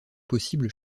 possibles